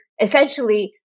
essentially